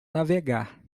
navegar